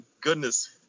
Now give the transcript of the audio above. Goodness